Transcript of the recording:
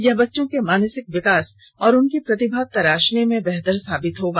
यह बच्चों के मानसिक विकास और उसकी प्रतिभा को तराशने में बेहतर साबित होगा